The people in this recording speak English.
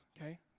okay